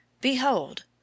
Behold